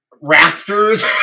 rafters